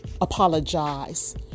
apologize